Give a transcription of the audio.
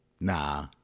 nah